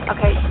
Okay